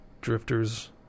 drifters